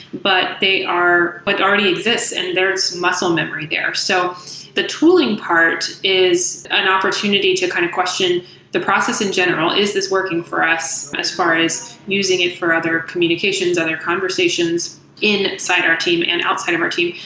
but they are what already exists and there's muscle memory there. so the tooling part is an opportunity to kind of question the process in general, is this working for us as far as using it for other communications, other conversations inside our team and outside of our team.